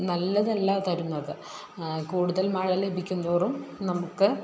നല്ലതല്ല തരുന്നത് കൂടുതൽ മഴ ലഭിക്കുംതോറും നമുക്ക്